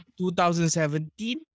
2017